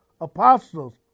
Apostles